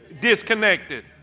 disconnected